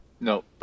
No